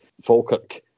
Falkirk